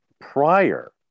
prior